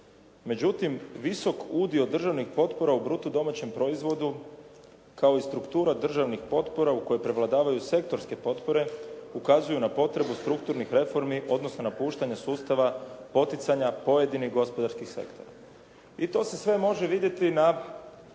kaže:"Međutim, visok udio državnih potpora u bruto domaćem proizvodu kao i struktura državnih potpora u kojoj prevladavaju sektorske potpore ukazuju na potrebu strukturnih reformi, odnosno napuštanje sustava poticanja pojedinih gospodarskih sektora. I to se sve može vidjeti na